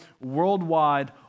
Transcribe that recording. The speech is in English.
worldwide